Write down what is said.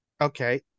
Okay